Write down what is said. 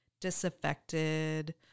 disaffected